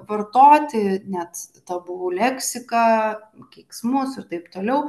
vartoti net tabu leksiką keiksmus ir taip toliau